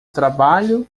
trabalho